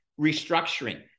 restructuring